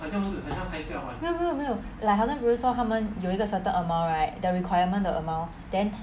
没有没有没有 like 好像比如说他们有一个 certain amount right the requirement the amount then